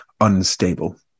unstable